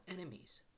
enemies